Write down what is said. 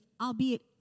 albeit